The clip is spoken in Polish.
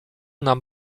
nam